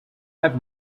have